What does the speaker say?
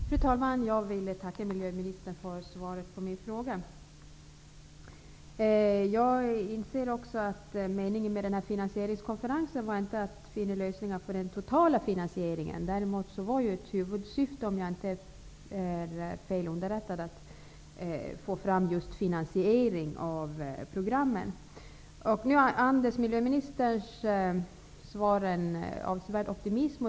Fru talman! Jag tackar miljöministern för svaret på min fråga. Jag inser att meningen med finansieringskonferensen inte var att finna lösningar på den totala finansieringen. Ett huvudsyfte var dock, om jag inte är fel underrättad, att få fram just finansiering av programmet. Miljöministerns svar andas nu avsevärd optimism.